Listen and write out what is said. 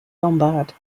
lombard